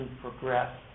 progress